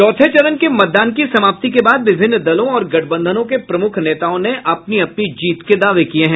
चौथे चरण के मतदान की समाप्ति के बाद विभिन्न दलों और गठबंधनों के प्रमुख नेताओं ने अपनी अपनी जीत के दावे किये हैं